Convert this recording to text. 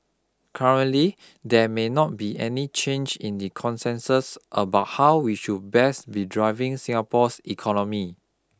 currently there may not be any change in the consensus about how we should best be driving Singapore's economy